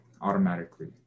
automatically